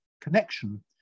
connection